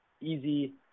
easy